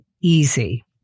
easy